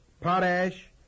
Potash